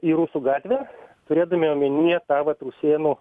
į rusų gatvę turėdami omenyje tą vat rusėnų